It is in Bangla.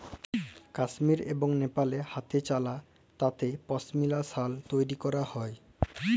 কাশ্মীর এবং লেপালে হাতেচালা তাঁতে পশমিলা সাল তৈরি ক্যরা হ্যয়